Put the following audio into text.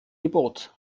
gebot